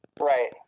Right